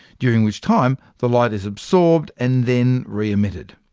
during which time the light is absorbed, and then re-emitted.